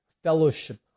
fellowship